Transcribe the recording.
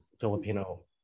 Filipino